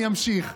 אני אמשיך.